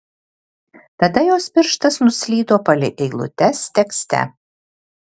tada jos pirštas nuslydo palei eilutes tekste